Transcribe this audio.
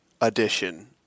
edition